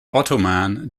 ottoman